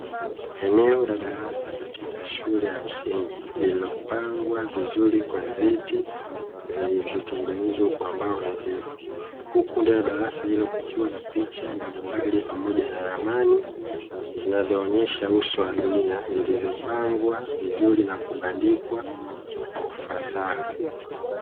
Eneo la darasa katika shule ya msingi, lililopangwa vizuri kwa viti vilivyotengenezwa kwa mbao nadhifu. Huku ndani ya darasa hilo kukiwa na picha mbalimbali pamoja na ramani zinazoonyesha uso wa dunia, zilizopangwa vizuri na kubandikwa kwa ufasaha.